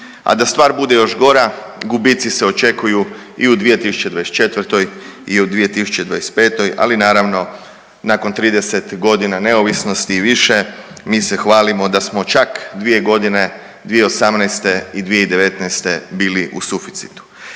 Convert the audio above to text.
A da stvar bude još gora gubici se očekuju i u 2024. i 2025., ali naravno nakon 30 godina neovisnosti i više mi se hvalimo da smo čak 2 godine 2018. i 2019. bili u suficitu.